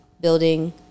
building